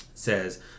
says